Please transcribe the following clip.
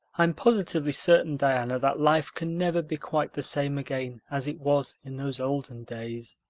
i'm positively certain, diana, that life can never be quite the same again as it was in those olden days,